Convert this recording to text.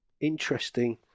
interesting